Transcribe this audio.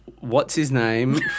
what's-his-name